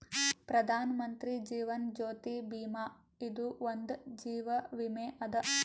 ಪ್ರಧಾನ್ ಮಂತ್ರಿ ಜೀವನ್ ಜ್ಯೋತಿ ಭೀಮಾ ಇದು ಒಂದ ಜೀವ ವಿಮೆ ಅದ